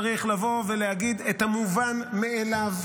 צריך לבוא ולהגיד את המובן מאליו.